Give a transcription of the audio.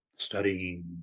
studying